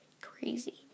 crazy